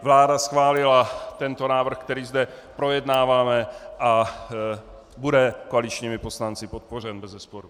Vláda schválila tento návrh, který zde projednáváme, a bude koaličními poslanci podpořen, bezesporu.